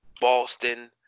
Boston